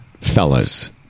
fellas